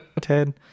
Ted